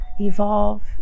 evolve